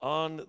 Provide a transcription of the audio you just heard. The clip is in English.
on